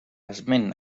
esment